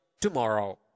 tomorrow